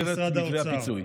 במסגרת מתווה הפיצוי.